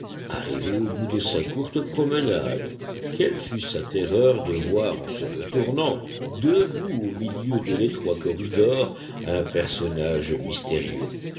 arrivé au bout de sa courte promenade quelle fut sa terreur de voir en se retournant debout au milieu de l'étroit corridor un personnage mystérieux